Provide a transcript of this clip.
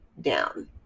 down